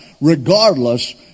regardless